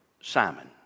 Simon